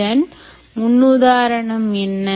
இதன் முன்னுதாரணம் என்ன